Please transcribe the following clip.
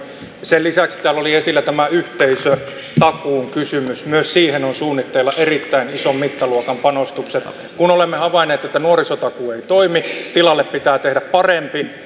sen lisäksi täällä oli esillä tämä yhteisötakuun kysymys myös siihen on suunnitteilla erittäin ison mittaluokan panostukset kun olemme havainneet että nuorisotakuu ei toimi tilalle pitää tehdä parempi